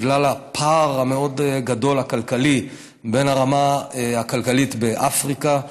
בגלל הפער המאוד-גדול בין הרמה הכלכלית באפריקה,